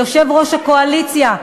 ליושב-ראש הקואליציה,